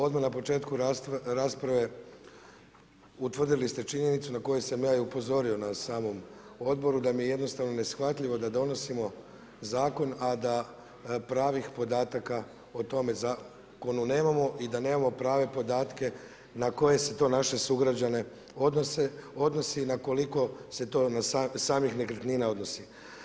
Odmah na početku rasprave utvrdili ste činjenicu na koju sam ja i upozorio na samom odboru da mi je jednostavno neshvatljivo da donosimo zakon a da pravih podataka o tomu zakonu nemamo i da nemamo prave podatke na koje se to naše sugrađane odnosi i na koliko se to na samih nekretnina odnosi.